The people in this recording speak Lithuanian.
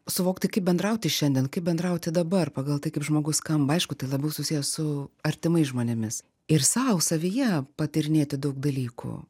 suvokti kaip bendrauti šiandien kaip bendrauti dabar pagal tai kaip žmogus skamba aišku tai labiau susiję su artimais žmonėmis ir sau savyje patyrinėti daug dalykų